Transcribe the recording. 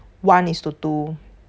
one is to two